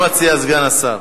מה מציע סגן השר?